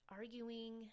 arguing